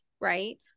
Right